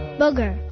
booger